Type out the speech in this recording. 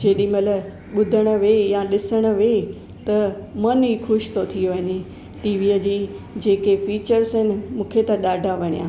जेॾी महिल ॿुधणु वेहि या ॾिसणु वेहि त मन ई ख़ुशि थो थी वञे टीवीअ जी जेके फीचर्स आहिनि मूंखे त ॾाढा वणिया